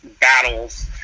battles